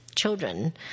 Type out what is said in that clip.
children